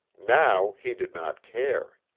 now he did not care.